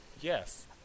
Yes